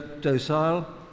docile